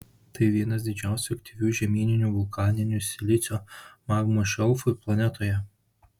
tai vienas didžiausių aktyvių žemyninių vulkaninių silicio magmos šelfų planetoje